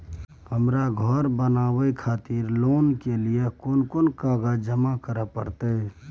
हमरा धर बनावे खातिर लोन के लिए कोन कौन कागज जमा करे परतै?